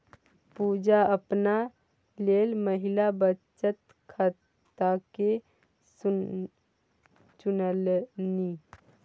पुजा अपना लेल महिला बचत खाताकेँ चुनलनि